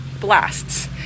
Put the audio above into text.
blasts